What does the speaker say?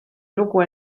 lugu